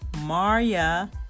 Maria